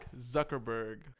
Zuckerberg